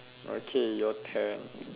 okay your turn